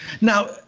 Now